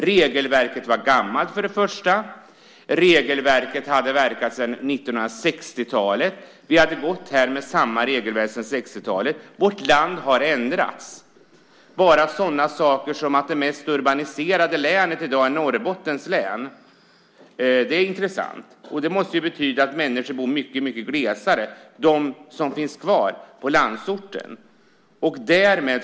Regelverket var gammalt. Regelverket hade verkat sedan 1960-talet. Vi hade gått här med samma regelverk sedan 60-talet. Vårt land har ändrats. Bara en sådan sak som att det mest urbaniserade länet i dag är Norrbottens län är intressant. Det måste ju betyda att de människor som finns kvar på landsorten bor mycket glesare.